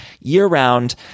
year-round